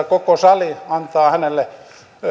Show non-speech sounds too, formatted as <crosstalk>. <unintelligible> koko sali antaa hänelle